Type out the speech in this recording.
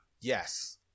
yes